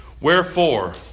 Wherefore